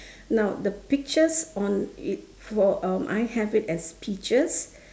now the pictures on it for um I have it as peaches